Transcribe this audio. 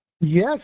Yes